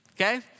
okay